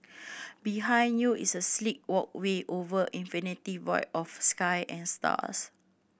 behind you is a sleek walkway over infinite void of sky and stars